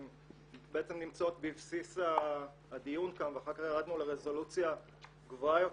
בעצם נמצאות בבסיס הדיון כאן ואחר כך ירדנו לרזולוציה גבוהה יותר.